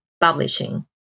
Publishing